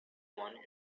one